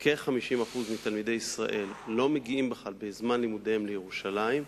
כ-50% מתלמידי ישראל לא מגיעים בכלל בזמן לימודיהם לירושלים,